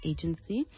Agency